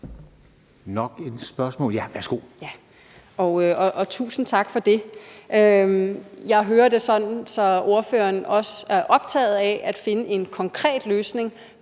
Mette Thiesen (NB): Tusind tak for det. Jeg hører det sådan, at ordføreren også er optaget af at finde en konkret løsning